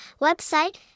website